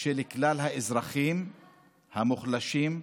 של כלל האזרחים המוחלשים,